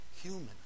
human